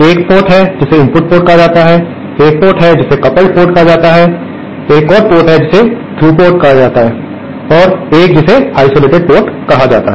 एक पोर्ट है जिसे इनपुट पोर्ट कहा जाता है एक और पोर्ट है जिसे कपल्ड पोर्ट कहा जाता है एक और पोर्ट है जिसे थ्रू पोर्ट कहा जाता है और एक जिसे आइसोलेटेड पोर्ट कहा जाता है